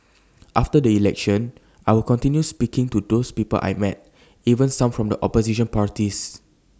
after the election I will continue speaking to these people I met even some in the opposition parties